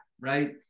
right